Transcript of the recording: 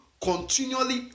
continually